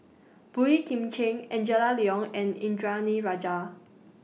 Boey Kim Cheng Angela Liong and Indranee Rajah